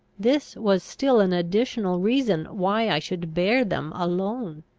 this was still an additional reason why i should bear them alone.